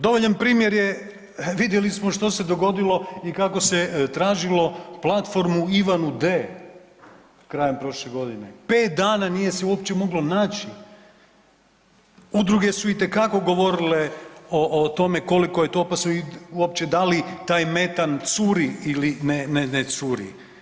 Dovoljan primjer je, vidjeli smo što se dogodilo i kako se tražilo platformu Ivanu D. krajem prošle godine, 5 dana nije se uopće moglo naći, udruge su itekako govorile o, o tome koliko je to opasno i uopće da li taj metan curi ili ne, ne curi.